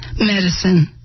medicine